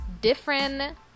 different